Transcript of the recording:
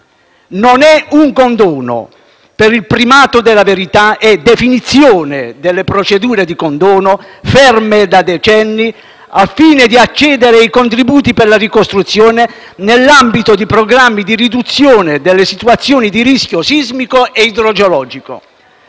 Non è un condono. Per il primato della verità, è definizione delle procedure di condono, ferme da decenni, al fine di accedere ai contributi per la ricostruzione, nell’ambito di programmi di riduzione delle situazioni di rischio sismico e idrogeologico.